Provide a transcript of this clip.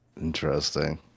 Interesting